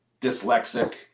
dyslexic